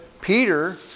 Peter